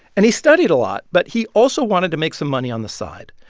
and he studied a lot, but he also wanted to make some money on the side.